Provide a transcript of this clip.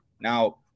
now